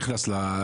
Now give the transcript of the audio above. נכנס